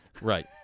Right